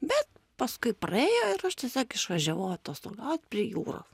bet paskui praėjo ir aš tiesiog išvažiavau atostogaut prie jūros